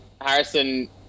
Harrison